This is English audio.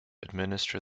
administer